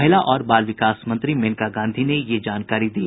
महिला और बाल विकास मंत्री मेनका गांधी ने यह जानकारी दी